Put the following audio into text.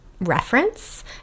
reference